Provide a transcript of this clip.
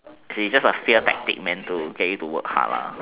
okay just a fear tactic man to get you to work hard lah